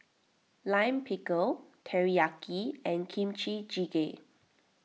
Lime Pickle Teriyaki and Kimchi Jjigae